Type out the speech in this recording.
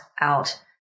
out